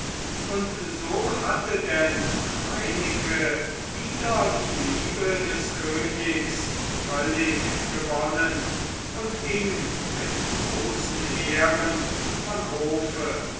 und so hatte denn reineke wieder die liebe des königs völlig gewonnen und ging mit großen ehren von hofe